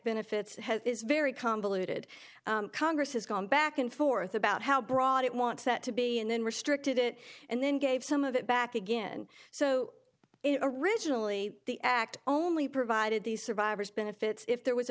benefits very convoluted congress has gone back and forth about how broad it wants that to be and then restricted it and then gave some of it back again so originally the act only provided these survivors benefits if there was a